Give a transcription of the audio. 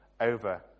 over